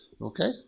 Okay